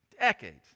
decades